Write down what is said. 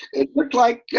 it looked like,